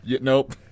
Nope